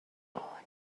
اون